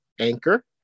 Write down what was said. Anchor